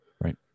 Right